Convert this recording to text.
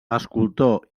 escultor